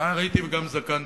נער הייתי וגם זקנתי,